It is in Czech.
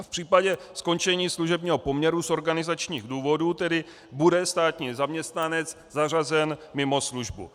V případě skončení služebního poměru z organizačních důvodů tedy bude státní zaměstnanec zařazen mimo službu.